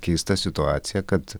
keista situacija kad